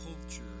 culture